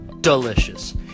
delicious